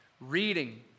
reading